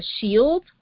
shield